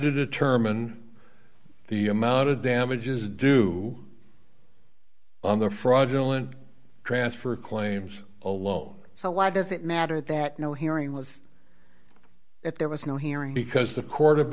to determine the amount of damages due on the fraudulent transfer claims alone so why does it matter that no hearing was if there was no hearing because the court of